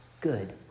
good